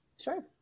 Sure